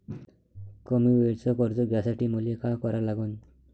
कमी वेळेचं कर्ज घ्यासाठी मले का करा लागन?